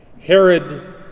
Herod